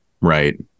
right